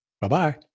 Bye-bye